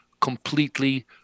completely